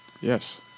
Yes